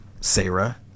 Sarah